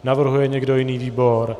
Navrhuje někdo jiný výbor?